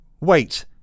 wait